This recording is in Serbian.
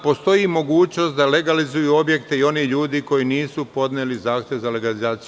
Postoji mogućnost da legalizuju objekte i oni ljudi koji nisu podneli zahtev za legalizaciju.